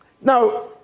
Now